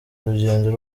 urugendo